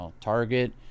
Target